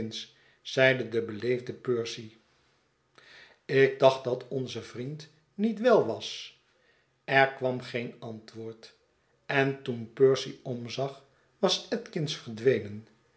zeide de beleefde percy ik dacht datonze vriend niet wel was er kwam geen antwoord en toen percy omzag was edkins verdwenen